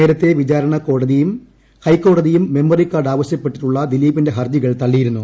നേരത്തെ വിചാരണ കോടതിയും ക്ലെഹ്ക്കോടതിയും മെമ്മറി കാർഡ് ആവശ്യപ്പെട്ടുള്ള ദില്പീപ്പിന്റെ ഹർജികൾ തള്ളിയിരുന്നു